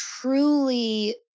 truly